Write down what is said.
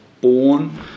born